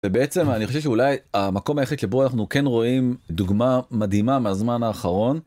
ובעצם אני חושב שאולי המקום היחיד שבו אנחנו כן רואים דוגמה מדהימה מהזמן האחרון.